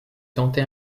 tenter